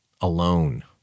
alone